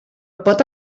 pot